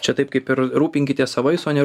čia taip kaip ir rūpinkitės savais o ne